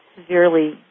severely